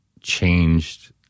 changed